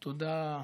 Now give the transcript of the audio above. תודה,